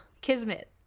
Kismet